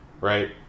right